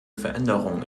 veränderung